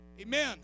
Amen